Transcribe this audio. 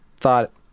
thought